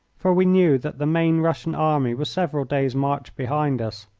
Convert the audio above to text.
for we knew that the main russian army was several days' march behind us.